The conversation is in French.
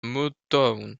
motown